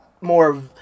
more